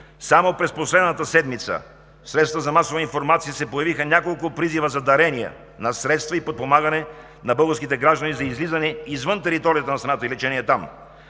за масова информация се появиха няколко призива за дарения на средства и подпомагане на българските граждани за излизане извън територията на страната и лечение там.